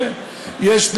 יש,